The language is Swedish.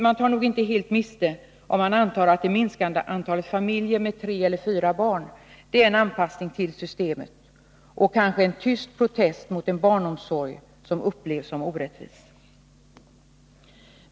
Man tar nog inte helt miste, om man antar att det minskande antalet familjer med tre eller fyra barn är en anpassning till systemet och kanske en tyst protest mot en barnomsorg som upplevs som orättvis.